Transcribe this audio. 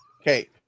Okay